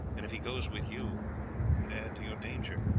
and if he goes with you would add to your danger,